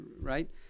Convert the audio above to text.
Right